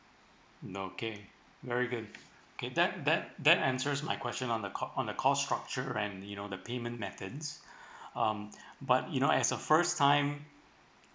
okay very good okay that that that answer my question on the co~ on the cost structure and you know the payment methods um but you know as a first time